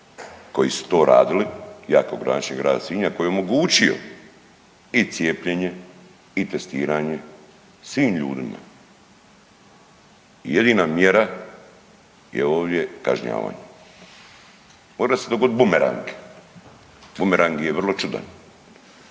koji su to radili, ja kao gradonačelnik grada Sinja koji je omogućio i cijepljenje i testiranje svim ljudima. Jedina mjera je ovdje kažnjavanje. More se dogoditi bumerang, bumerang je vrlo čudan